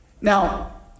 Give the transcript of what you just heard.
Now